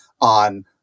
on